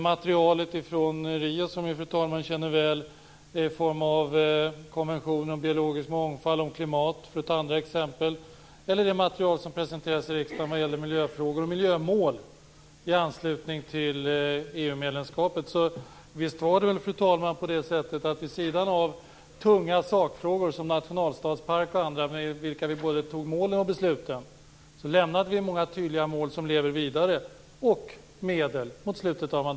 Materialet från Rio som vi känner väl i form av konventioner om biologisk mångfald och klimat, för att ta ett annat exempel, eller det material som presenterades i riksdagen vad gäller miljöfrågor och miljömål i anslutning till EU-medlemskapet. Visst lämnade vi mot slutet av mandatperioden, vid sidan av tunga sakfrågor som nationalstadspark och andra i vilka vi både antog målen och fattade besluten, många tydliga mål och medel som lever vidare.